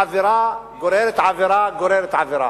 עבירה גוררת עבירה גוררת עבירה.